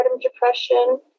depression